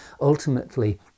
ultimately